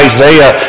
Isaiah